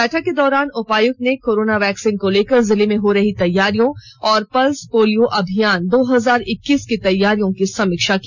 बैठक के दौरान उपायुक्त ने कोरोन वैक्सीन को लेकर जिले में हो रही तैयारियों और पल्स पोलियो अभियान दो हजार इक्कीस की तैयारियों की समीक्षा की